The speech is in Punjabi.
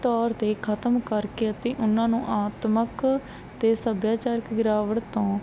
ਤੌਰ 'ਤੇ ਖਤਮ ਕਰਕੇ ਅਤੇ ਉਹਨਾਂ ਨੂੰ ਆਤਮਕ ਅਤੇ ਸੱਭਿਆਚਾਰਕ ਗਿਰਾਵਟ ਤੋਂ